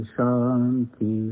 Shanti